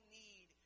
need